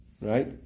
right